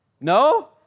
No